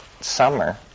summer